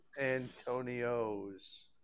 Antonio's